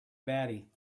batty